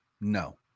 No